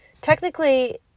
technically